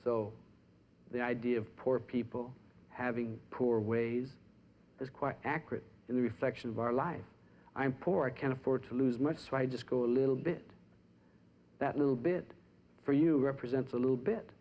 so the idea of poor people having poor ways is quite accurate in the reflection of our life i'm poor i can't afford to lose much so i just go a little bit that little bit for you represents a little bit